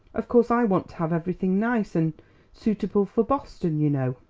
of course i want to have everything nice and suitable for boston, you know.